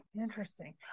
interesting